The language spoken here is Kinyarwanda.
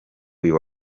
uyu